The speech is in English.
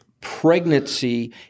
pregnancy